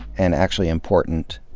and actually important,